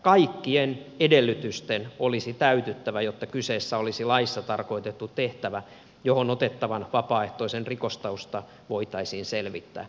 kaikkien edellytysten olisi täytyttävä jotta kyseessä olisi laissa tarkoitettu tehtävä johon otettavan vapaaehtoisen rikostausta voitaisiin selvittää